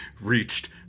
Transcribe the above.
reached